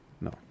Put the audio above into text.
No